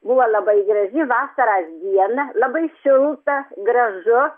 buvo labai graži vasaras diena labai šilta gražu